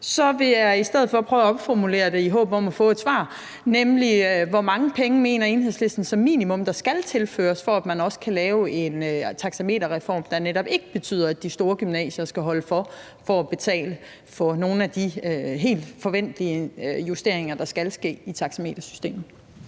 Så vil jeg i stedet prøve at omformulere det i håbet om at få et svar: Hvor mange penge mener Enhedslisten som minimum der skal tilføres, for at man også kan lave en taxameterreform, der netop ikke betyder, at de store gymnasier skal holde for for at betale for nogle af de helt forventelig justeringer, der skal ske i taxametersystemet?